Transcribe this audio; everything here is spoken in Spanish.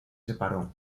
separó